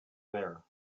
there